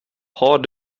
har